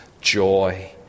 joy